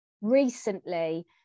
recently